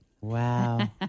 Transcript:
Wow